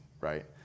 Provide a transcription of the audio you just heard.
right